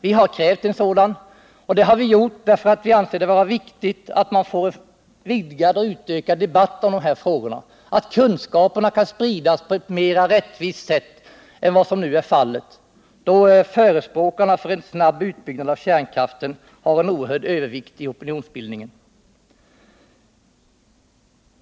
Vi har krävt en sådan. Det har vi gjort därför att vi anser det vara viktigt att få en vidgad och utökad debatt i de här frågorna, så att kunskaperna kan spridas på ett mera rättvist sätt än vad som är fallet nu, då förespråkarna för en snabb utbyggnad av kärnkraften har en oerhörd övervikt i opinionsbildningen.